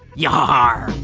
yah-harhar!